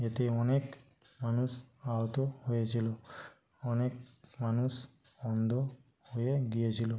এতে অনেক মানুষ আহত হয়েছিল অনেক মানুষ অন্ধ হয়ে গিয়েছিল